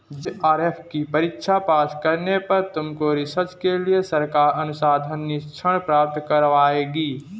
JRF की परीक्षा pass करने पर तुमको रिसर्च के लिए सरकार अनुसंधान निधिकरण प्राप्त करवाएगी